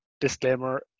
Disclaimer